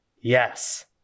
Yes